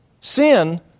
Sin